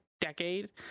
decade